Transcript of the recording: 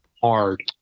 hard